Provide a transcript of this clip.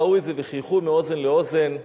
ראו את זה וחייכו מאוזן לאוזן,